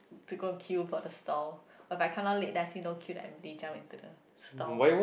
to go and queue for the stall when I come down late then I see no queue I immediately jump into the stall